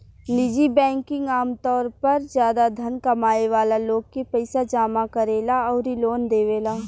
निजी बैंकिंग आमतौर पर ज्यादा धन कमाए वाला लोग के पईसा जामा करेला अउरी लोन देवेला